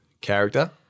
character